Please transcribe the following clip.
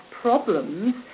problems